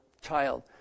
child